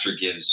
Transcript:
gives